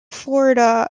florida